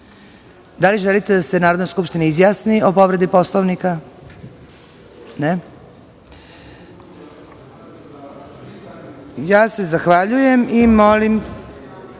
li želite da se Narodna skupština izjasni o povredi Poslovnika? (Ne)Zahvaljujem se i molim